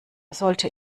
sollte